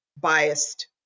biased